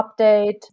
update